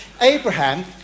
Abraham